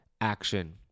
action